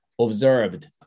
observed